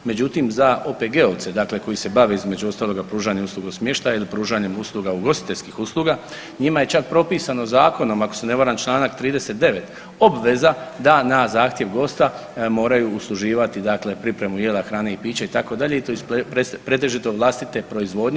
Međutim za OPG-ovce koji se bave između ostaloga pružanjem usluga smještaja ili pružanjem usluga, ugostiteljskih usluga njima je čak propisano zakonom ako se na varam Članak 39. obveza da na zahtjev gosta moraju usluživati dakle pripremu jela, hrane i pića itd. i to iz pretežito vlastite proizvodnje.